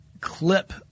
Clip